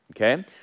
okay